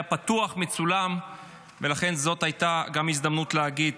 פתוח ומצולם ולכן זאת הייתה גם הזדמנות להגיד